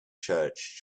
church